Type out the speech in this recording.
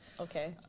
Okay